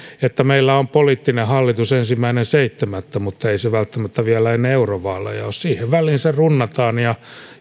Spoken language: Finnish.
että meillä on poliittinen hallitus ensimmäinen seitsemättä mutta ei se välttämättä vielä ennen eurovaaleja ole siihen väliin se runnataan ja